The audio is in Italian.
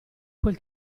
quel